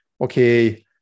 okay